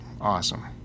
awesome